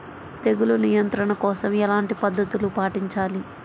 తెగులు నియంత్రణ కోసం ఎలాంటి పద్ధతులు పాటించాలి?